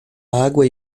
água